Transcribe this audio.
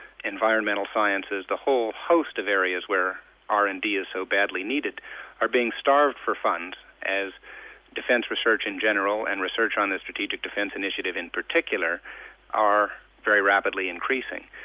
environmental sciences, the whole host of areas where r and d is so badly needed are being starved for funds as defence research in general and research on the strategic defence initiative in particular are very rapidly increasing.